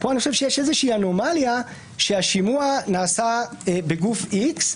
פה יש איזה אנומליה שהשימוע נעשה בגוף X,